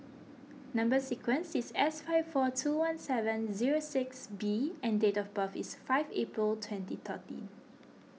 Number Sequence is S five four two one seven zero six B and date of birth is five April twenty thirteen